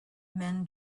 men